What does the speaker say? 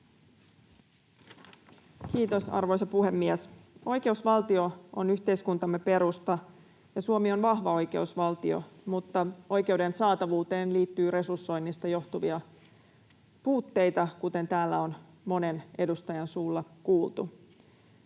Kiitos, arvoisa puhemies! Oikeusvaltio on yhteiskuntamme perusta, ja Suomi on vahva oikeusvaltio, mutta oikeuden saatavuuteen liittyy resursoinnista johtuvia puutteita, kuten täällä on monen edustajan suulla todettu.